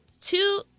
two